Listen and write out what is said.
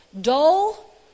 dull